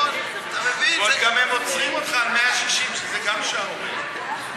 פה הם גם עוצרים אותך על 160, שגם זו שערורייה.